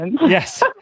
Yes